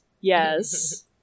Yes